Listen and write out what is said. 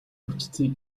бүтцийг